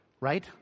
right